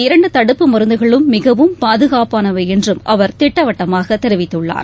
இரண்டு தடுப்பு மருந்துகளும் மிகவும் பாதுகாப்பானவை என்றும் அவர் திட்டவட்டமாக இந்த தெரிவித்துள்ளார்